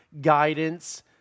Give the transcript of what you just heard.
guidance